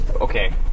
Okay